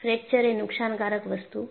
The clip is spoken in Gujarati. ફ્રેક્ચર એ નુકસાનકારક વસ્તુ નથી